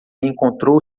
encontrou